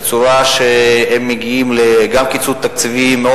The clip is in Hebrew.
בצורה שהם מגיעים גם לקיצוץ תקציבי מאוד